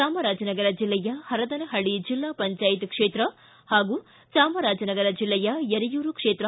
ಜಾಮರಾಜನಗರ ಜಿಲ್ಲೆಯ ಹರದನಹಳ್ಳಿ ಜಿಲ್ಲಾ ಪಂಚಾಯತ್ ಕ್ಷೇತ್ರ ಹಾಗೂ ಚಾಮರಾಜನಗರ ಜಿಲ್ಲೆಯ ಯರಿಯೂರು ಕ್ಷೇತ್ರ